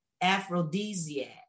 aphrodisiac